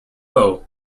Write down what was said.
bow